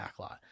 Backlot